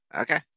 Okay